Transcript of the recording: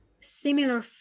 similar